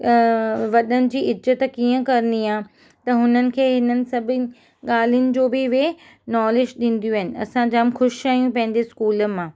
वॾनि जी इज़त कीअं करणी आहे त हुननि खे हिननि सभिनि ॻाल्हियुनि जो बि उहे नॉलेज ॾींदियूं आहिनि असां जाम ख़ुशि आहियूं पंहिंजे स्कूल मां